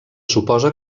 suposa